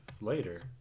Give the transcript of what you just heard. later